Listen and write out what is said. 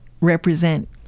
represent